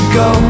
go